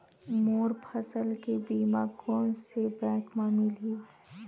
मोर फसल के बीमा कोन से बैंक म मिलही?